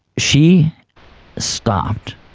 she stopped,